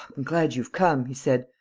i'm glad you've come, he said.